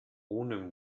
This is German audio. ohne